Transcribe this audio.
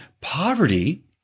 poverty